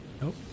Nope